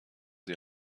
sie